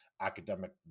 academic